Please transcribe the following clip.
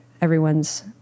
everyone's